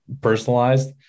personalized